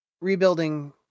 rebuilding